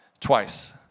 Twice